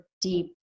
deep